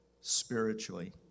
spiritually